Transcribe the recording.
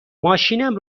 ماشینم